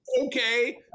okay